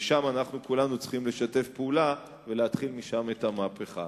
ושם אנחנו כולנו צריכים לשתף פעולה ולהתחיל משם את המהפכה.